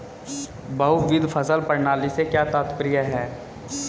बहुविध फसल प्रणाली से क्या तात्पर्य है?